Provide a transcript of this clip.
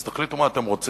אז תחליטו מה אתם רוצים.